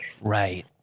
Right